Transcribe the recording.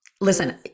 Listen